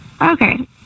Okay